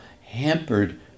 hampered